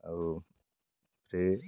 ଆଉ ସେଇ